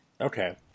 Okay